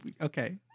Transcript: Okay